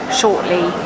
shortly